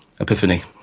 epiphany